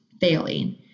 failing